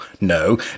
No